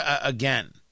again